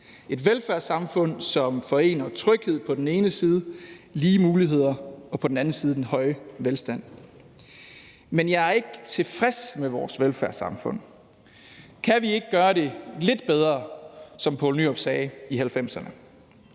et velfærdssamfund, som forener tryghed og lige muligheder på den ene side og på den anden side den høje velstand. Men jeg er ikke tilfreds med vores velfærdssamfund. Kan vi ikke gøre det lidt bedre? som Poul Nyrup Rasmussen